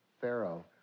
Pharaoh